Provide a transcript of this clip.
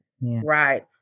Right